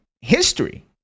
history